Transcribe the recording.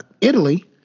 Italy